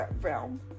realm